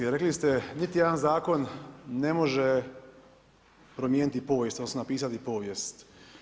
Rekli ste niti jedan zakon ne može promijeniti povijest, odnosno napisati povijest.